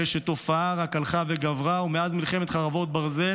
הרי שהתופעה רק הלכה וגברה ומאז מלחמת חרבות ברזל.